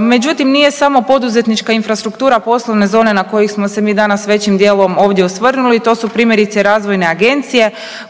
Međutim, nije samo poduzetnička infrastruktura poslovne zone na koje smo se mi danas većim dijelom ovdje osvrnuli, to su primjerice razvojne agencije